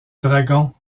dragon